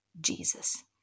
Jesus